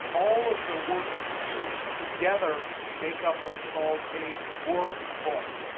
all of the worksheets together make up what's called a workbook.